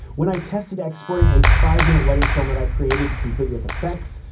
when i tested exporting a five-minute wedding film that i created complete with effects,